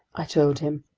i told him.